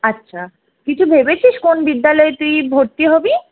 আচ্ছা কিছু ভেবেছিস কোন বিদ্যালয়ে তুই ভর্তি হবি